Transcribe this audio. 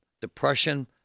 depression